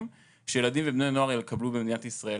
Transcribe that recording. שילדים ובני נוער יקבלו במדינת ישראל?